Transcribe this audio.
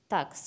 Tak